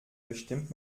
bestimmt